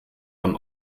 beim